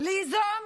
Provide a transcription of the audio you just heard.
ליזום